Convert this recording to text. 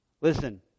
Listen